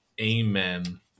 Amen